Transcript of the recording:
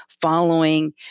following